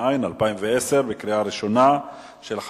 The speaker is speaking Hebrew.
אני